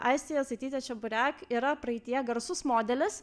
aistė jasaitytė čeburek yra praeityje garsus modelis